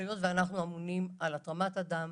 שהיות שאנחנו אמונים על התרמת הדם,